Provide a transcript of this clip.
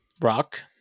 rock